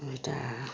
ଏଇଟା